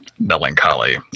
melancholy